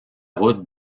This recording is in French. route